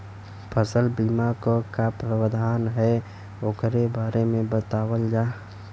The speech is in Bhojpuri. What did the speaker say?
फसल बीमा क का प्रावधान हैं वोकरे बारे में बतावल जा?